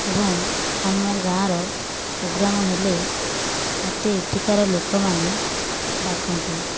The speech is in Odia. ଏବଂ ଆମ ଗାଁର ପୋଗ୍ରାମ ହେଲେ ମୋତେ ଏଠିକାର ଲୋକମାନେ ଡାକନ୍ତି